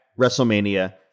WrestleMania